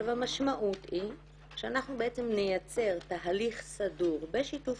המשמעות היא שאנחנו נייצר תהליך סדור בשיתוף